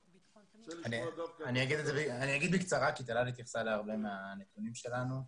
אני אגיד בקצרה כי טלל התייחסה להרבה מהנתונים שלנו.